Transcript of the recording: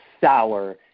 sour